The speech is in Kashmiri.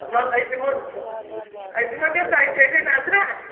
وَلہٕ أسۍ دِمو أسۍ دِمو تیٚلہِ دۄیہِ ترٛےٚ دۄہ نَظرا